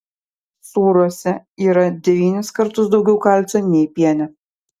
sūriuose yra devynis kartus daugiau kalcio nei piene